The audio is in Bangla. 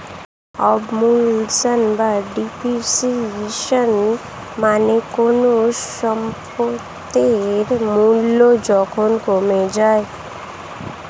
অবমূল্যায়ন বা ডেপ্রিসিয়েশন মানে কোনো সম্পত্তির মূল্য যখন কমে যায়